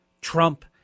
Trump